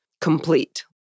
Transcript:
complete